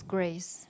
Grace